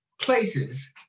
places